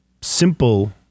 simple